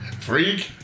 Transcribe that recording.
freak